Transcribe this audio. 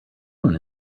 own